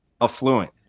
Affluent